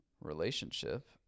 relationship